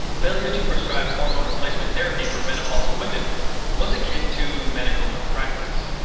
failure to prescribe hormone replacement therapy for menopausal women was akin to medical malpractice.